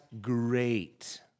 great